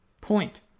point